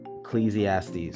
Ecclesiastes